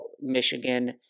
Michigan